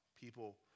people